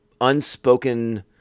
unspoken